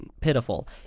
pitiful